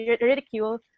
ridicule